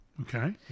Okay